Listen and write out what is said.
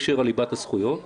אני